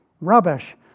Rubbish